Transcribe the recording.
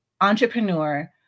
entrepreneur